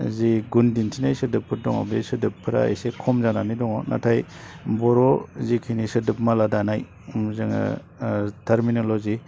जि गुन दिन्थिनाय सोदोबफोर दङ बे सोदोबफोरा एसे खम जानानै दङ नाथाय बर' जिखिनि सोदोब माला दानाय जोङो टारमिनिल'जि